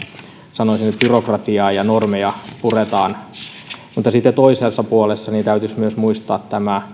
sanoisin byrokratiaa ja normeja puretaan mutta sitten toisessa puolessa täytyisi myös muistaa